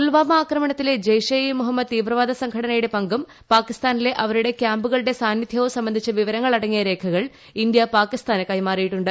പുൽവാമ ആക്രമണത്തിലെ ജെയ്ഷെ ഇ മുഹമ്മദ് തീവ്രവാദ സ്ട്ഘടനയുടെ പങ്കും പാകിസ്ഥാനിലെ അവരുടെ ക്യാമ്പുകളുടെ സ്ാന്നിധ്യവും സംബന്ധിച്ചു വിവരങ്ങൾ അടങ്ങിയ രേഖകൾ ഇന്ത്യ പിക്ടീസ്ഥാന് കൈമാറിയിട്ടുണ്ട്